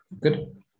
good